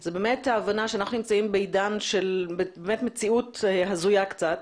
זה ההבנה שאנחנו נמצאים בעידן של מציאות הזויה קצת.